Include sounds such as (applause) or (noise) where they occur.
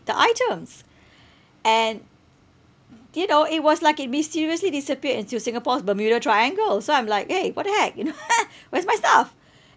the items and did you know it was like it mysteriously disappeared into singapore's bermuda triangle so I'm like eh what the heck you know (laughs) where's my stuff